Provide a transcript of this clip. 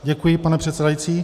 Děkuji, pane předsedající.